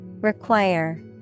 Require